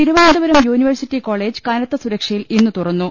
Thiruvananthapuram university college കനത്ത സുരക്ഷ യിൽ ഇന്ന് തുറന്നു